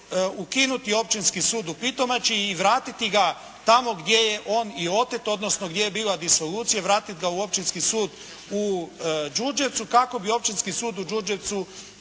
ukinuti Općinski sud u Pitomači i vratiti ga tamo gdje je on i otet, odnosno gdje je bila disolucija, vratiti ga u Općinski sud u Đurđevcu kako bi Općinski sud u Đurđevcu